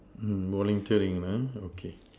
volunteering lah okay